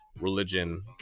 religion